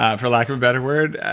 ah for lack of a better word?